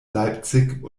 leipzig